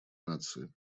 нации